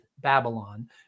Babylon